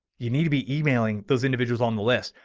you need to be emailing those individuals on the list.